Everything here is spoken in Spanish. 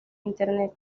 internet